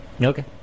Okay